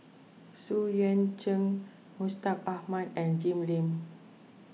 Xu Yuan Zhen Mustaq Ahmad and Jim Lim